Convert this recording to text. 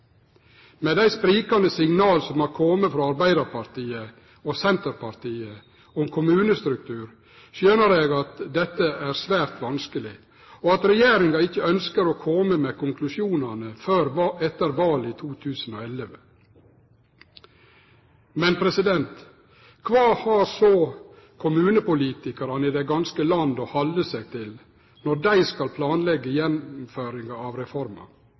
Med dei sprikande signala som har kome frå Arbeidarpartiet og Senterpartiet om kommunestruktur, skjønar eg at dette er svært vanskeleg, og at regjeringa ikkje ønskjer å kome med konklusjonane før etter valet i 2011. Men kva har så kommunepolitikarane i det ganske land å halde seg til når dei skal planleggje gjennomføringa av reforma?